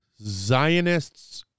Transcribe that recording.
Zionist's